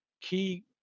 key